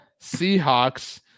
Seahawks